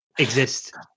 exist